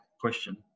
question